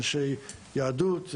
אנשי יהדות,